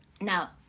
Now